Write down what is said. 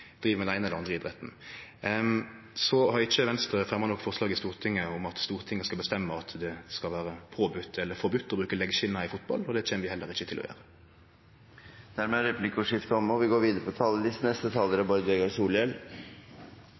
driv med den eine eller den andre idretten. Venstre har ikkje fremja noko forslag i Stortinget om at Stortinget skal bestemme at det skal vere påbode eller forbode å bruke leggskjener i fotball, og det kjem vi heller ikkje til å gjere. Dermed er replikkordskiftet omme. I motsetning til representanten Harberg har eg interessert meg betydeleg for boksing gjennom mitt vaksne liv og